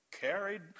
Carried